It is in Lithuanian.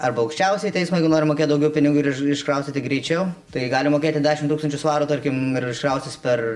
arba aukščiausiąjį teismą jeigu nori mokėt daugiau pinigų ir iš iškraustyti greičiau tai gali mokėti dešimt tūkstančių svarų tarkim ir iškraustys per